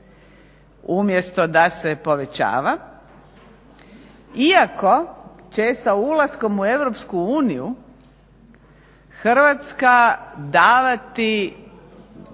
umjesto da se povećava iako će sa ulaskom u EU Hrvatska davati